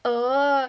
uh